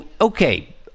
okay